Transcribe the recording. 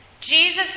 Jesus